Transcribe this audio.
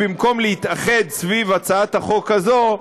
במקום להתאחד סביב הצעת החוק הזאת,